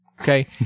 Okay